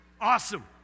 Awesome